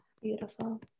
Beautiful